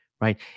right